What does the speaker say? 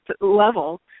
level